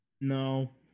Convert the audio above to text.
No